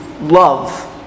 love